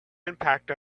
impact